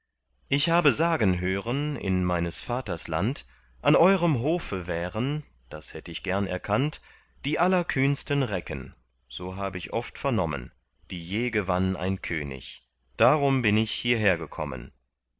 ich habe sagen hören in meines vaters land an euerm hofe wären das hätt ich gern erkannt die allerkühnsten recken so hab ich oft vernommen die je gewann ein könig darum bin ich hierher gekommen